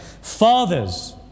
Fathers